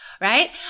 right